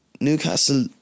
Newcastle